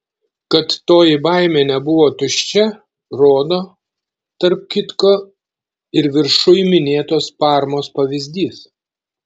kad toji baimė nebuvo tuščia rodo tarp kitko ir viršuj minėtos parmos pavyzdys